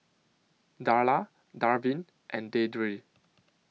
Darla Darvin and Deidre